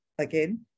Again